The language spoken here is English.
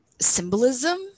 symbolism